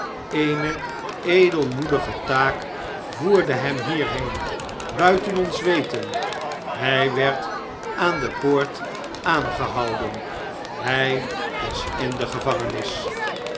eene edelmoedige taak voerde hem hierheen buiten ons weten hij werd aan de poort aangehouden hij is in de gevangenis